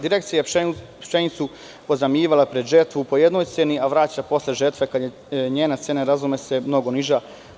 Direkcija je pšenicu pozajmljivala pred žetvu po jednoj ceni, a vraćala posle žetve kada je njena cena, razume se, mnogo niža.